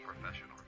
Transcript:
professional